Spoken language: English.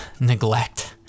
neglect